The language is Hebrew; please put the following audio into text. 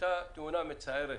הייתה תאונה מצערת